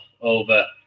over